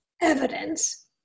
Evidence